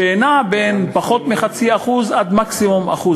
שנע בין פחות מ-0.5% עד מקסימום 1%,